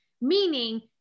meaning